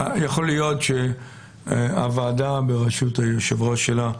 יכול להיות שהוועדה בראשות היושב-ראש שלה,